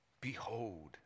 Behold